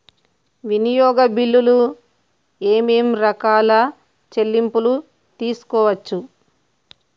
వినియోగ బిల్లులు ఏమేం రకాల చెల్లింపులు తీసుకోవచ్చు?